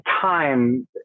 time